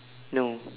no